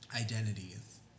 identities